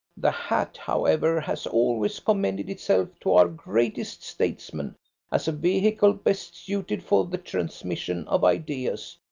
the hat, however, has always commended itself to our greatest statesmen as a vehicle best suited for the transmission of ideas,